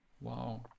Wow